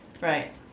Right